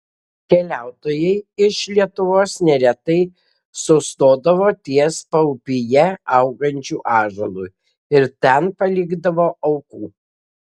keliautojai iš lietuvos neretai sustodavo ties paupyje augančiu ąžuolu ir ten palikdavo aukų